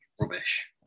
Rubbish